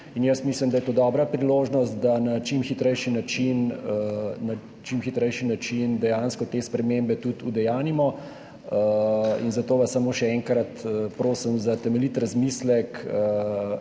in jaz mislim da je to dobra priložnost, da na čim hitrejši način dejansko te spremembe tudi udejanjimo. Zato vas samo še enkrat prosim za temeljit razmislek